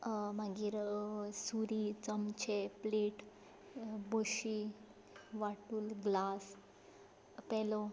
मागीर सुरी चमचे प्लेट बशी वांटूल ग्लास पेलो